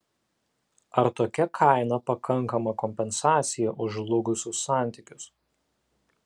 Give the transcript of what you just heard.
ar tokia kaina pakankama kompensacija už žlugusius santykius